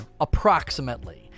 approximately